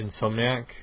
Insomniac